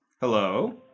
Hello